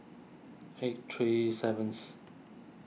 eight three seventh